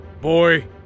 Boy